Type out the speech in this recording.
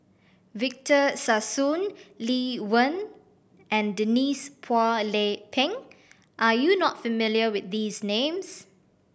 Victor Sassoon Lee Wen and Denise Phua Lay Peng are you not familiar with these names